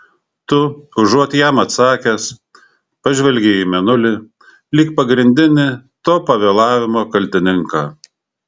tu užuot jam atsakęs pažvelgei į mėnulį lyg pagrindinį to pavėlavimo kaltininką